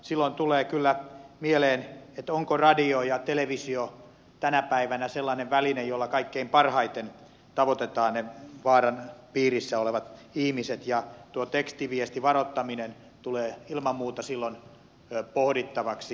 silloin tulee kyllä mieleen ovatko radio ja televisio tänä päivänä sellaisia välineitä joilla kaikkein parhaiten tavoitetaan ne vaaran piirissä olevat ihmiset ja tuo tekstiviestivaroittaminen tulee ilman muuta silloin pohdittavaksi